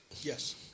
Yes